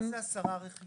מה זה 10 רכיבים?